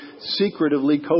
secretively